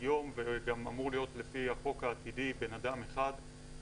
היום וגם אמור להיות לפי החוק העתידי בן אדם אחד,